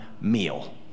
meal